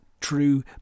true